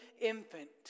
infant